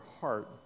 heart